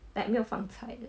like 没有放菜的